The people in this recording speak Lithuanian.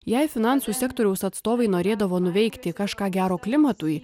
jei finansų sektoriaus atstovai norėdavo nuveikti kažką gero klimatui